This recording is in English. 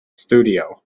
studio